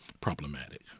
problematic